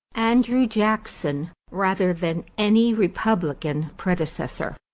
andrew jackson rather than any republican predecessor.